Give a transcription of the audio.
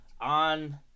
on